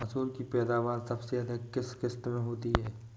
मसूर की पैदावार सबसे अधिक किस किश्त में होती है?